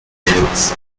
minutes